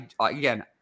Again